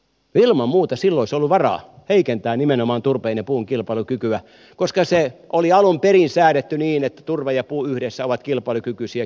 ilman muuta silloin olisi ollut varaa heikentää nimenomaan turpeen ja puun kilpailukykyä koska oli alun perin säädetty niin että turve ja puu yhdessä ovat kilpailukykyisiä kivihiiltä varten